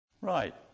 right